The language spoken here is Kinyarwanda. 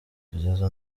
kugeza